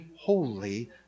holy